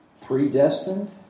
predestined